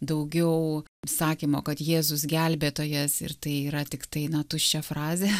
daugiau sakymo kad jėzus gelbėtojas ir tai yra tiktai na tuščia frazė